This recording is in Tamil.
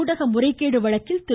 ஊடக முறைகேடு வழக்கில் திரு